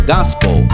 Gospel